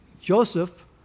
Joseph